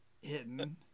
hidden